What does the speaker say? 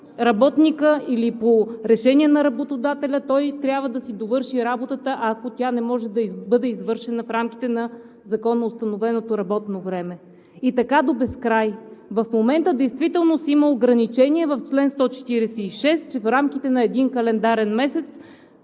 работникът, или по решение на работодателя той трябва да си довърши работата, ако тя не може да бъде извършена в рамките на законоустановеното работно време. И така до безкрай! В момента действително си има ограничение в чл. 146, че в рамките на един календарен месец